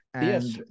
Yes